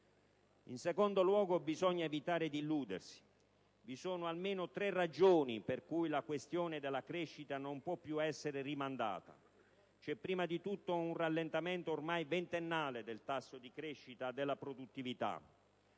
In secondo luogo, bisogna evitare di illudersi: vi sono almeno tre ragioni per cui la questione della crescita non può più essere rimandata. C'è, prima di tutto, un rallentamento ormai ventennale del tasso di crescita della produttività.